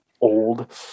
old